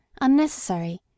unnecessary